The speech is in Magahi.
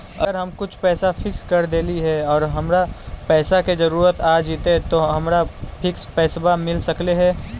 अगर हम कुछ पैसा फिक्स कर देली हे और हमरा पैसा के जरुरत आ जितै त का हमरा फिक्स पैसबा मिल सकले हे?